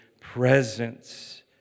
presence